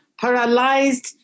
paralyzed